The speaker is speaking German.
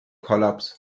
kollaps